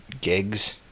gigs